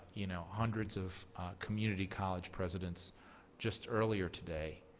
you know hundreds of community college presidents just earlier today